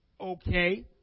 okay